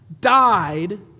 died